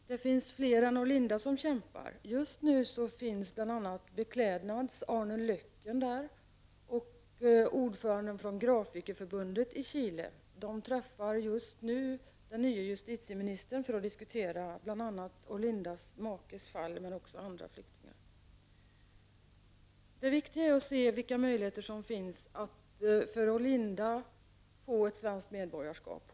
Det finns fler än Orlinda som kämpar. Just nu befinner sig Beklädnads Arne Lökken och grafikerförbundets ordförande i Chile. De har ett möte med den nye justitieministern för att diskutera Orlindas makes fall men också andra flyktingars. Det är viktigt att se vilka möjligheter det finns för Orlinda att få ett svenskt medborgarskap.